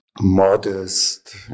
Modest